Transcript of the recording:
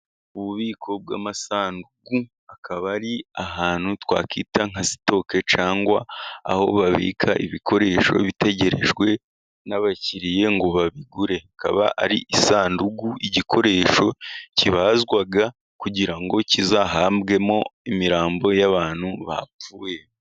Ububiko bw'amasanduku, akaba ari ahantu twakwita nka sitoke, cyangwa aho babika ibikoresho bitegerejwe n'abakiriya ngo babigure. Akaba ari isanduku, igikoresho kibazwa kugira ngo kizahambwemo imirambo y'abantu bapfuye.